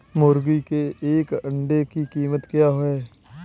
मुर्गी के एक अंडे की कीमत क्या है?